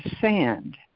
sand